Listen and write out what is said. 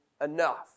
enough